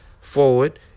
forward